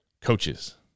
coaches